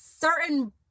certain